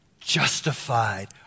Justified